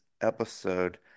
episode